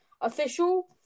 Official